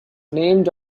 named